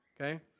okay